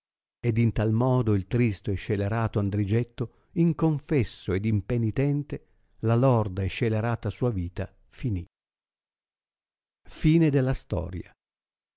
ed in tal modo il tristo e scelerato andrigetto inconfesso ed impenitente la lorda e scelerata sua vita finì